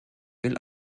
will